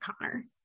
Connor